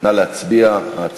נא להצביע על החוק.